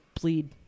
bleed